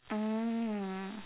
mm